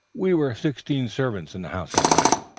we were sixteen servants in the house that night.